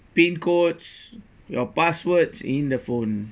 pin codes your passwords in the phone